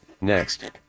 Next